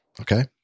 okay